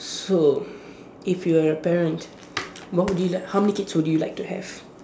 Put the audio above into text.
so if you are a parent what would you like how many kids would you like to have